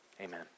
amen